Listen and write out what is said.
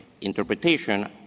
interpretation